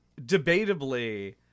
debatably